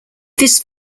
this